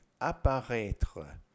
apparaître